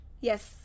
Yes